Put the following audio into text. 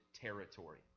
territory